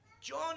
John